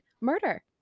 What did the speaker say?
murder